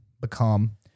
become